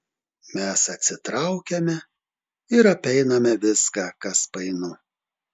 mes atsitraukiame ir apeiname viską kas painu